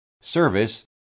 service